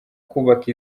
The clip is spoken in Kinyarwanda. kubaka